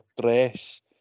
dress